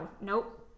nope